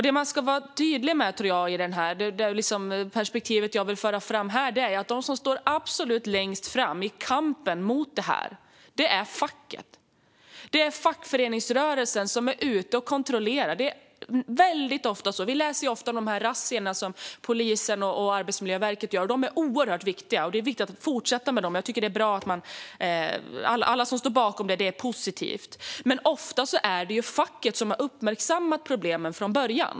Det perspektiv jag vill föra fram och vara tydlig med här är att det är facken som står absolut längst fram i kampen mot detta. Det är fackföreningsrörelsen som är ute och kontrollerar. Det är väldigt ofta så. Vi läser om de razzior som polisen och Arbetsmiljöverket gör. De är oerhört viktiga, och det är viktigt att fortsätta med dem. Det är positivt med alla som står bakom detta arbete. Men ofta är det facken som har uppmärksammat problemen från början.